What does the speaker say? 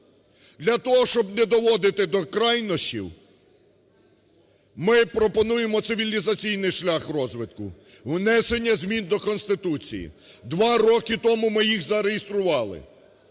Для того, щоб не доводити до крайнощів ми пропонуємо цивілізаційний шлях розвитку – внесення змін до Конституції (два роки тому ми їх зареєстрували).